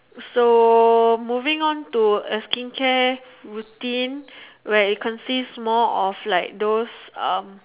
so moving on to a skincare routine where it consists more of like those um